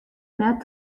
net